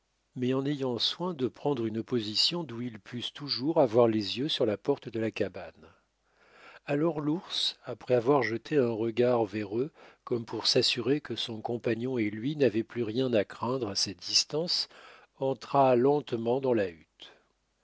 mais en ayant soin de prendre une position d'où ils pussent toujours avoir les yeux sur la porte de la cabane alors l'ours après avoir jeté un regard vers eux comme pour s'assurer que son compagnon et lui n'avaient plus rien à craindre à cette distance entra lentement dans la hutte